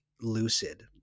lucid